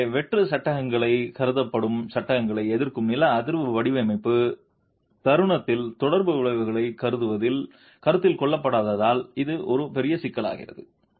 எனவே வெற்று சட்டகங்களைக் கருதப்படும் சட்டங்களை எதிர்க்கும் நில அதிர்வு வடிவமைப்பு தருணத்தில் தொடர்பு விளைவுகளை கருத்தில் கொள்ளாததால் இது ஒரு சிக்கலாகும்